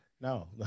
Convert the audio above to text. No